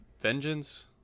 vengeance